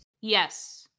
Yes